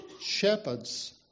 shepherds